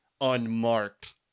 unmarked